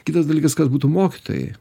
kitas dalykas kas būtų mokytojai